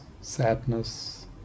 sadness